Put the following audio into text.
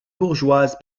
bourgeoise